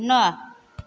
नओ